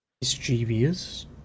Mischievous